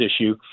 issue